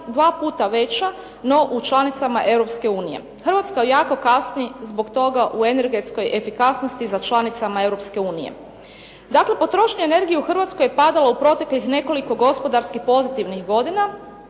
dva puta veća no u članicama Europske unije. Hrvatska jako kasni zbog toga u energetskoj efikasnosti za članicama Europske unije. Dakle, potrošnja energije je padala u proteklih nekoliko gospodarski pozitivnih godina,